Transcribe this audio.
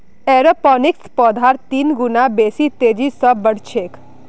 एरोपोनिक्सत पौधार तीन गुना बेसी तेजी स बढ़ छेक